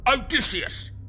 Odysseus